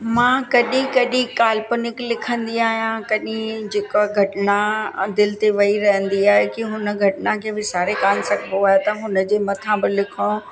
मां कॾहिं कॾहिं काल्पनिक लिखंदी आहियां कॾहिं जेका घटना ऐं दिलि ते वही रहंदी आहे की हुन घटना खे विसारे कान सघिबो आहे त हुन जे मथां बि लिखणो